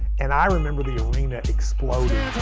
and i remember the arena exploded